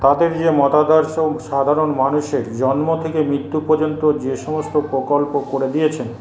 তাদের যে মতাদর্শ সাধারণ মানুষের জন্ম থেকে মৃত্যু পর্যন্ত যেসমস্ত প্রকল্প করে দিয়েছেন